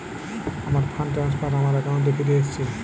আমার fund transfer আমার অ্যাকাউন্টে ফিরে এসেছে